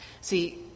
See